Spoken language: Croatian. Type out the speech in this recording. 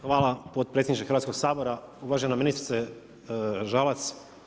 Hvala potpredsjedniče Hrvatskog sabora, uvažena ministrice Žalac.